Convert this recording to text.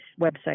website